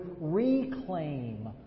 reclaim